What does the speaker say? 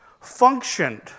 functioned